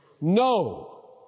No